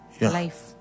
life